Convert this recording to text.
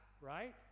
right